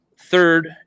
third